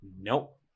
Nope